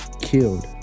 Killed